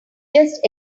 just